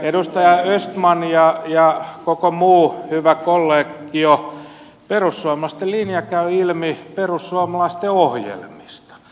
edustaja östman ja koko muu hyvä kollegio perussuomalaisten linja käy ilmi perussuomalaisten ohjelmista